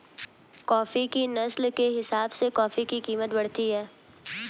coffee की नस्ल के हिसाब से कॉफी की कीमत बढ़ती है